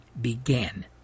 began